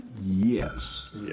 Yes